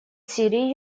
сирии